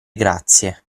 grazie